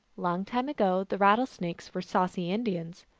long time ago the rattlesnakes were saucy indians.